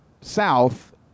south